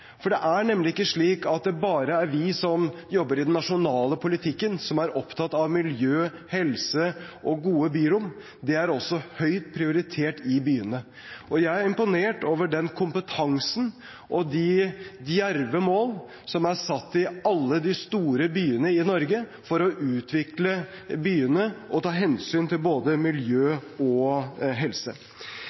Det er nemlig ikke slik at det bare er vi som jobber i den nasjonale politikken, som er opptatt av miljø, helse og gode byrom. Det er også høyt prioritert i byene. Jeg er imponert over den kompetansen og de djerve målene som er satt i alle de store byene i Norge for å utvikle byene og ta hensyn til både miljø og helse.